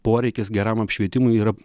poreikis geram apšvietimui yra